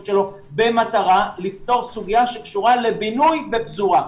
שלו במטרה לפתור סוגיה שקשורה לבינוי בפזורה.